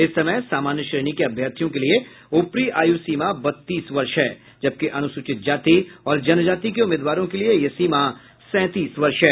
इस समय सामान्य श्रेणी के अभ्यर्थियों के लिए ऊपरी आयु सीमा बत्तीस वर्ष है जबकि अनुसूचित जाति और जनजाति के उम्मीदवारों के लिए यह सीमा सेंतीस वर्ष है